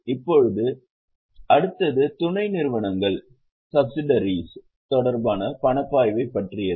இப்போது அடுத்தது துணை நிறுவனங்கள் தொடர்பான பணப்பாய்வை பற்றியது